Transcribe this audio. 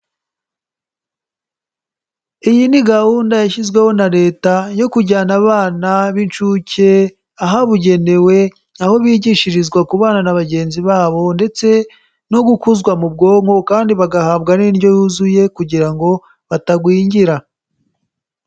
Iyi ni gahunda yashyizweho na Leta yo kujyana abana b'inshuke ahabugenewe, aho bigishirizwa kubana na bagenzi babo ndetse no gukuzwa mu bwonko kandi bagahabwa n'indyo yuzuye kugira ngo batagwingira.